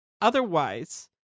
otherwise